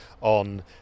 on